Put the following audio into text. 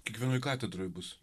kiekvienoj katedroj bus